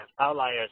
outliers